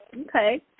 Okay